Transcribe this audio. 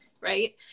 right